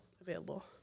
available